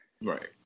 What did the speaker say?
Right